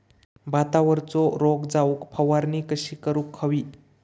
भातावरचो रोग जाऊक फवारणी कशी करूक हवी?